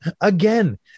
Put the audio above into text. again